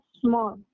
small